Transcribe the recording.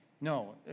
No